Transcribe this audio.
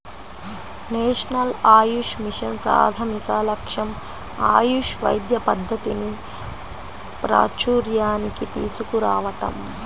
national AYUSH mission ప్రాథమిక లక్ష్యం ఆయుష్ వైద్య పద్ధతిని ప్రాచూర్యానికి తీసుకురావటం